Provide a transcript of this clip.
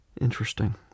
Interesting